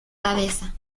cabeza